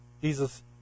Jesus